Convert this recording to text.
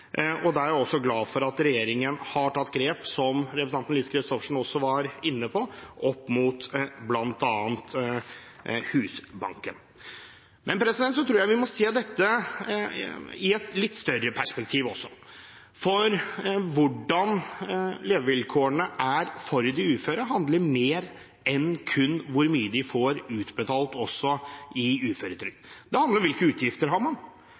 og der er jeg også glad for at regjeringen har tatt grep – som representanten Lise Christoffersen også var inne på – opp mot bl.a. Husbanken. Men jeg tror vi også må se dette i et litt større perspektiv, for hvordan levevilkårene er for de uføre, handler om mer enn kun hvor mye de får utbetalt i uføretrygd. Det handler om hvilke utgifter man har. Da kan man